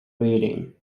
reading